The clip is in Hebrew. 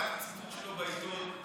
קראתי ציטוט שלו בעיתון,